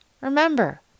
Remember